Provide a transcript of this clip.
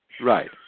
Right